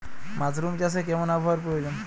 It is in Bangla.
মাসরুম চাষে কেমন আবহাওয়ার প্রয়োজন?